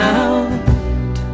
out